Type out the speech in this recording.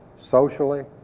socially